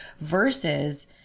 versus